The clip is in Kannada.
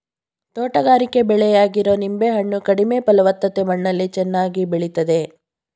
ತೋಟಗಾರಿಕೆ ಬೆಳೆಯಾಗಿರೊ ನಿಂಬೆ ಹಣ್ಣು ಕಡಿಮೆ ಫಲವತ್ತತೆ ಮಣ್ಣಲ್ಲಿ ಚೆನ್ನಾಗಿ ಬೆಳಿತದೆ